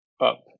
up